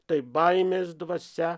tai baimės dvasia